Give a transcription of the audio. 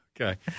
Okay